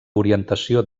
orientació